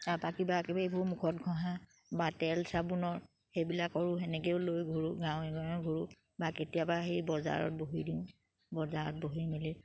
তাৰপা কিবা কিবিবোৰ মুখত ঘঁহা বা তেল চাবোনৰ সেইবিলাকৰো সেনেকেও লৈ ঘূৰোঁ গাঁৱে গাঁৱে ঘূৰোঁ বা কেতিয়াবা সেই বজাৰত বহি দিওঁ বজাৰত বহি মেলি